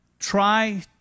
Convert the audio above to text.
Try